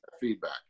feedback